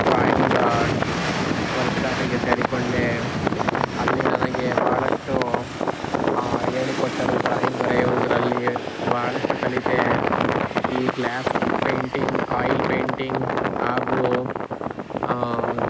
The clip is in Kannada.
ಡ್ರಾಯಿಂಗ್ ವರ್ಕ್ಶಾಪಿಗೆ ಸೇರಿಕೊಂಡೆ ಅಲ್ಲಿ ನನಗೆ ಬಹಳಷ್ಟು ಹೇಳಿಕೊಟ್ಟರು ಡ್ರಾಯಿಂಗ್ ಬರೆಯೂದರಲ್ಲಿ ಭಾಳಷ್ಟು ಕಲಿತೆ ಈ ಗ್ಲಾಸ್ ಪೇಂಟಿಂಗ್ ಆಯಿಲ್ ಪೇಂಟಿಂಗ್ ಹಾಗೂ